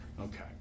Okay